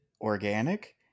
organic